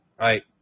Right